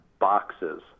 boxes